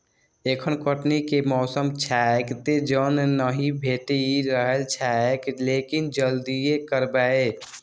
एखन कटनी के मौसम छैक, तें जन नहि भेटि रहल छैक, लेकिन जल्दिए करबै